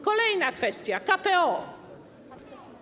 Kolejna kwestia - KPO.